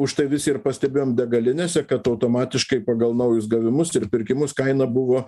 užtai visi ir pastebim degalinėse kad automatiškai pagal naujus gavimus ir pirkimus kaina buvo